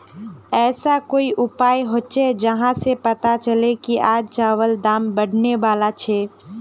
ऐसा कोई उपाय होचे जहा से पता चले की आज चावल दाम बढ़ने बला छे?